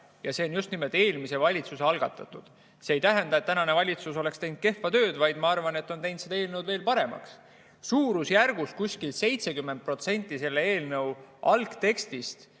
hea. See on just nimelt eelmise valitsuse algatatud. Aga see ei tähenda, et tänane valitsus oleks teinud kehva tööd, vaid ma arvan, et on teinud seda eelnõu veel paremaks. Kuskil 70% selle eelnõu algtekstist